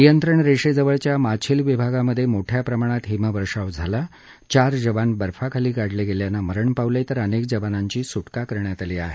नियंत्रण रेषेजवळच्या माछिल विभागामध्ये मोठ्या प्रमाणात हिमवर्षाव झाला असून चार जवान बर्फाखाली गाडले गेल्यानं मरण पावले तर अनेक जवानांची सुटका करण्यात आली आहे